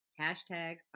Hashtag